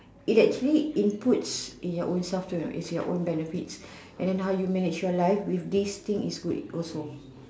it actually inputs in your own self too if your own benefits and then how you manage your life if this thing is good also